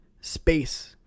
space